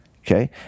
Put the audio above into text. Okay